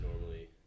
normally